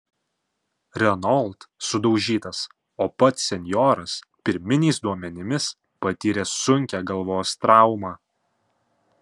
renault sudaužytas o pats senjoras pirminiais duomenimis patyrė sunkią galvos traumą